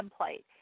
template